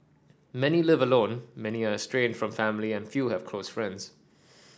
many live alone many are estranged from family and few have close friends